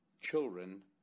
Children